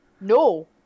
No